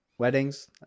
Weddings